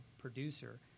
producer